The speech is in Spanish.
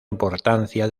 importancia